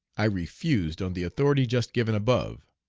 i refused on the authority just given above.